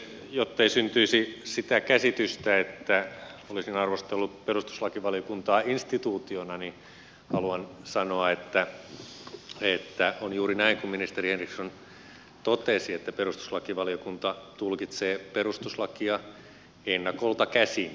jottei syntyisi sitä käsitystä että olisin arvostellut perustuslakivaliokuntaa instituutiona haluan sanoa että on juuri näin kuin ministeri henriksson totesi että perustuslakivaliokunta tulkitsee perustuslakia ennakolta käsin